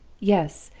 yes!